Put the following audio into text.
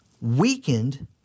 weakened